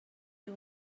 you